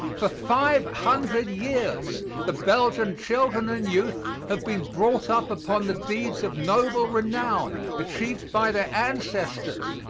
for five hundred years the belgian children and youth have been brought up upon the deeds of noble renown, achieved by their ancestors.